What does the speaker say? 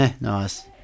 Nice